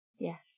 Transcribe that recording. Yes